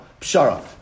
Pshara